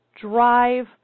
drive